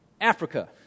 Africa